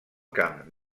camp